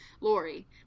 lori